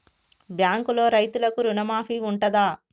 బ్యాంకులో రైతులకు రుణమాఫీ ఉంటదా?